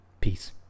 Peace